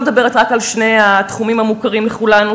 וגם בתוך החינוך הדתי-לאומי,